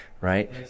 right